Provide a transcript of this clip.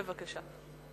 בבקשה.